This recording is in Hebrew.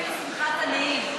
52 חברי כנסת, מתנגדים,